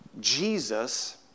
Jesus